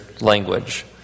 language